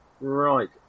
Right